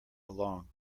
along